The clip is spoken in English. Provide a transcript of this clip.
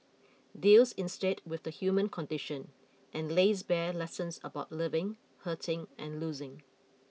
deals instead with the human condition and lays bare lessons about living hurting and losing